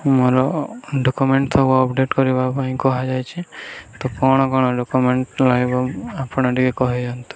ମୋର ଡକ୍ୟୁମେଣ୍ଟ ସବୁ ଅପଡ଼େଟ୍ କରିବା ପାଇଁ କୁହାଯାଇଛିି ତ କ'ଣ କ'ଣ ଡକ୍ୟୁମେଣ୍ଟ ଲାଗିବ ଆପଣ ଟିକେ କହିଦିଅନ୍ତୁ